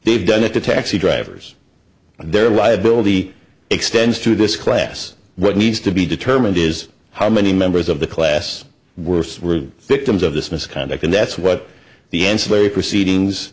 they've done it to taxi drivers their liability extends through this class what needs to be determined is how many members of the class worse were victims of this misconduct and that's what the ancillary proceedings